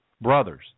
brothers